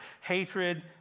Hatred